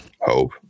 hope